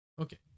okay